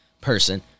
person